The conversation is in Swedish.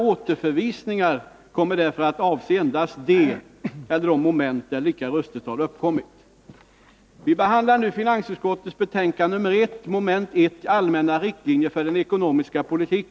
Återförvisningen kommer därför endast att avse det avsnitt där lika röstetal uppkommit, och i förekommande fall därtill hörande lagtext. Överenskommelsen gäller även finansutskottets och arbetsmarknadsutskottets betänkanden. Vid voteringen om dessa kommer varje moment i utskottets hemställan att betraktas som ett ärende.